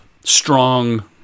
strong